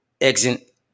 exit